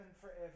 forever